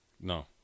No